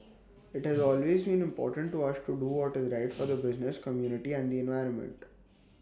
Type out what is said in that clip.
IT has always been important to us to do what is right for the business community and the environment